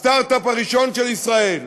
הסטארט-אפ הראשון של ישראל,